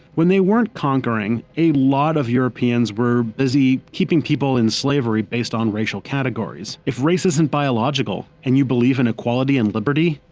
when they weren't conquering, a lot of europeans were busy keeping people in slavery based on racial categories. if race isn't biological and you believe in equality and liberty,